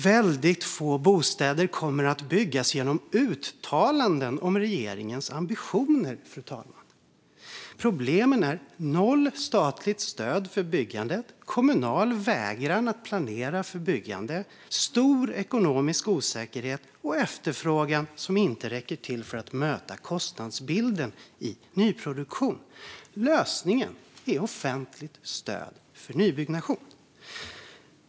Väldigt få bostäder kommer att byggas genom uttalanden om regeringens ambitioner, fru talman. Problemen är noll statligt stöd för byggandet, kommunal vägran att planera för byggande, stor ekonomisk osäkerhet och en efterfrågan som inte räcker till för att möta kostnadsbilden i nyproduktion. Lösningen är offentligt stöd för nybyggnation.